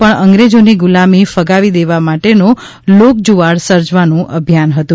પણ અંગ્રેજોની ગુલામી ફગાવી દેવા માટેનો લોકજુવાળ સર્જવાનું અભિયાન હતું